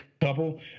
couple